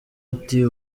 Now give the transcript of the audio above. ati